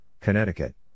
Connecticut